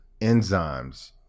enzymes